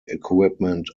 equipment